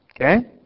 okay